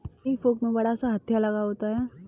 हेई फोक में बड़ा सा हत्था लगा होता है